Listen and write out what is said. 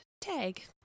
TAG